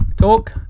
Talk